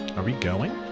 are we going?